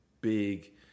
big